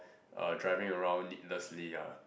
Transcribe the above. uh driving around needlessly ah